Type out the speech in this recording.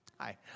Hi